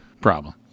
Problem